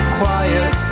quiet